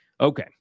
Okay